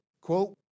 quote